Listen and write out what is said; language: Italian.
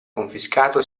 confiscato